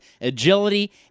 agility